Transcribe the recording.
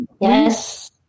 Yes